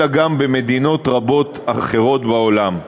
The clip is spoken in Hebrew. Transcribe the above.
אלא גם במדינות רבות אחרות בעולם.